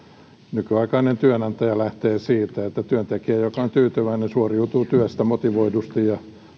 nykyaikainen työnantaja lähtee siitä että työntekijä joka on tyytyväinen suoriutuu työstä motivoidusti ja